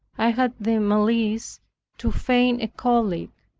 i had the malice to feign a cholic,